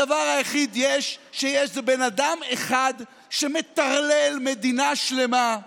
הדבר היחיד שיש זה בן אדם אחד שמטרלל מדינה שלמה.